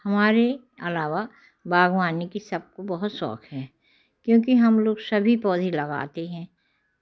हमारे अलावा बागवानी की सबको बहुत शौक है क्योंकि हम लोग सभी पौधे लगाते हैं